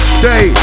day